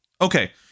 Okay